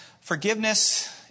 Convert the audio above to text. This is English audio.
Forgiveness